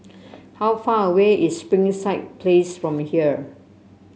how far away is Springside Place from here